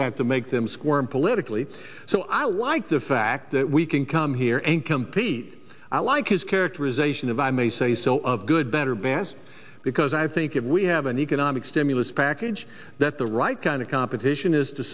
that to make them squirm politically so i like the fact that we can come here and compete like his characterization of i may say so of good better best because i think if we have an economic stimulus package that the right kind of competition is to